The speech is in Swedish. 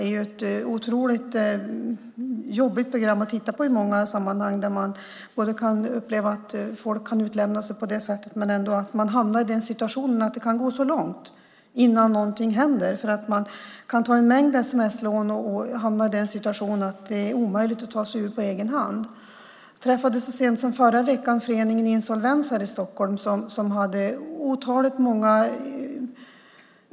Det är ett otroligt jobbigt program att titta på där man upplever att folk kan utlämna sig på det sättet och att det kan gå så långt innan någonting händer. Man kan ta en mängd sms-lån och hamna i en situation som är omöjlig att ta sig ur på egen hand. Jag träffade så sent som förra veckan föreningen Insolvens här i Stockholm.